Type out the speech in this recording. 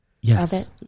Yes